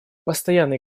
постоянные